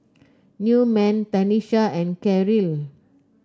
Newman Tanisha and Karyl